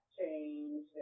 change